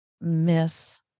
miss